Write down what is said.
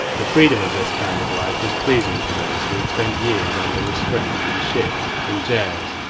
the freedom of this kind of life was pleasing to those who had spent years under restraint in ships, in gaols,